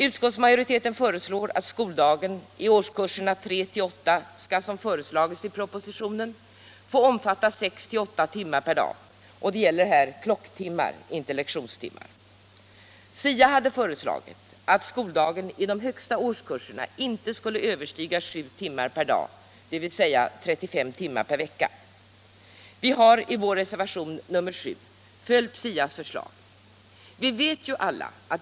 Utskottsmajoriteten föreslår att skol Nr 134 dagen i årskurserna tre till åtta skall som föreslagits i propositionen få Fredagen den omfatta sex till åtta timmar per dag, och det gäller här klocktimmar, 21 maj 1976 inte lektionstimmar. SIA hade föreslagit att skoldagen i de högsta års= ——— kurserna inte skulle överstiga sju timmar per dag, dvs. 35 timmar per Skolans inre arbete vecka. Vi har i vår reservation nr 7 följt SIA:s förslag. Vi vet alla att”.